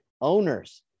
Owners